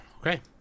okay